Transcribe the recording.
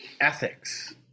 ethics